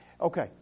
Okay